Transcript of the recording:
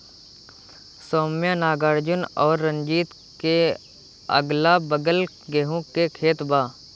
सौम्या नागार्जुन और रंजीत के अगलाबगल गेंहू के खेत बा